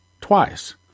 twice